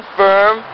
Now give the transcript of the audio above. firm